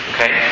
Okay